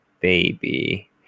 baby